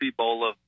Ebola